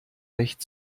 recht